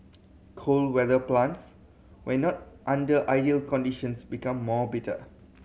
cold weather plants when not under ideal conditions become more bitter